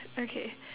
okay